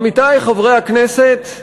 עמיתי חברי הכנסת,